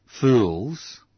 fools